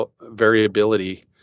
variability